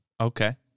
Okay